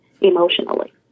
emotionally